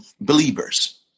believers